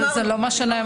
זה לא אמרנו.